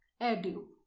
adieu